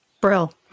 Brill